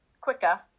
quicker